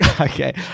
Okay